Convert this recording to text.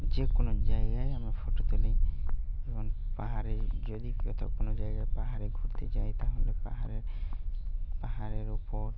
যে কোনো জায়গায় আমি ফটো তুলি এবং পাহাড়ে যদি কোথাও কোনো জায়গায় পাহাড়ে ঘুরতে যাই তাহলে পাহাড়ের পাহাড়ের ওপর